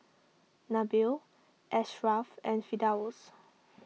Nabil Ashraff and Firdaus